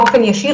לא באופן ישיר.